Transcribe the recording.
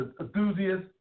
enthusiast